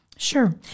Sure